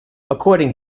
according